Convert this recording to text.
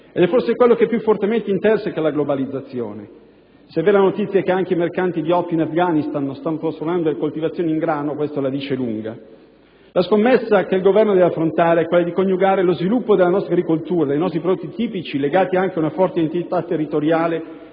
ed è forse quello che più fortemente interseca la globalizzazione, se è vera la notizia che anche i mercanti di oppio in Afghanistan stanno convertendo le loro coltivazioni in grano, il che è molto significativo. La scommessa che il Governo deve affrontare è quella di coniugare lo sviluppo della nostra agricoltura, dei nostri prodotti tipici, legati anche ad una forte identità territoriale,